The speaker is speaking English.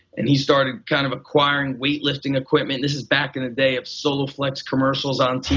and he started kind of acquiring weightlifting equipment. this is back in the day of soloflex commercials on